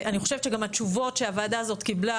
אני חושבת שגם התשובות שהוועדה הזאת קיבלה